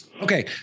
okay